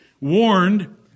warned